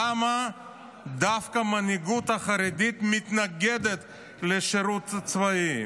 למה דווקא המנהיגות החרדית מתנגדת לשירות צבאי?